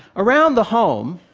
around the home,